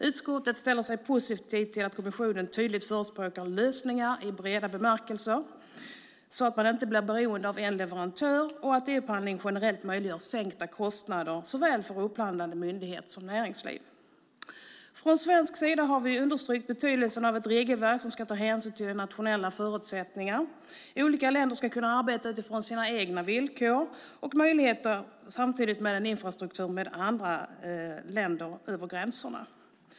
Utskottet ställer sig positivt till att kommissionen tydligt förespråkar lösningar i breda bemärkelser så att man inte blir beroende av en leverantör och att e upphandling generellt möjliggör sänkta kostnader för såväl upphandlande myndighet som näringsliv. Från svensk sida har vi understrukit betydelsen av ett regelverk som ska ta hänsyn till nationella förutsättningar. Olika länder ska kunna arbeta utifrån sina egna villkor och samtidigt få tillgång till infrastruktur med andra länder över gränserna.